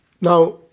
Now